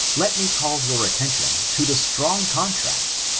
let me call your attention to the strong contrast,